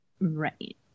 right